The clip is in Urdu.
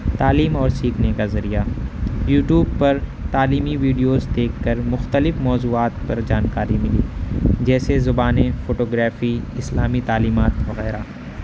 تعلیم اور سیکھنے کا ذریعہ یوٹیوب پر تعلیمی ویڈیوز دیکھ کر مختلف موضوعات پر جانکاری ملی جیسے زبانیں فوٹوگرافی اسلامی تعلیمات وغیرہ